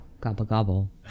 gobble-gobble